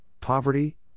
poverty